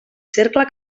cercle